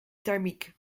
thermiek